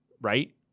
right